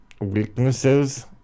weaknesses